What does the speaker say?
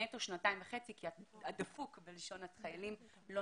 נטו שנתיים וחצי כי ה"דפוק" בלשון החיילים לא